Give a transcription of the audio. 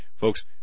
Folks